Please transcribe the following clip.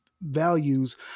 values